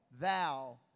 thou